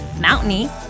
mountainy